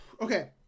okay